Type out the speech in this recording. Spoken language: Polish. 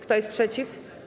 Kto jest przeciw?